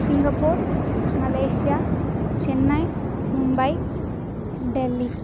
Singapore Malaysia Chennai Mumbai Delhi